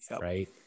Right